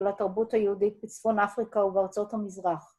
לתרבות היהודית בצפון אפריקה ובארצות המזרח.